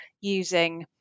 using